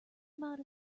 amount